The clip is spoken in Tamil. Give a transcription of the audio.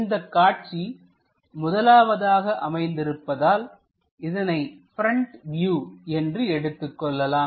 இந்தக் காட்சி முதலாவதாக அமைந்திருப்பதால் இதனை பிரண்ட் வியூ என்று எடுத்துக்கொள்ளலாம்